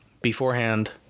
Beforehand